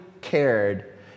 cared